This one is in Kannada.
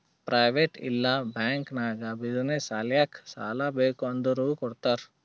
ಪ್ರೈವೇಟ್ ಇಲ್ಲಾ ಬ್ಯಾಂಕ್ ನಾಗ್ ಬಿಸಿನ್ನೆಸ್ ಸಲ್ಯಾಕ್ ಸಾಲಾ ಬೇಕ್ ಅಂದುರ್ ಕೊಡ್ತಾರ್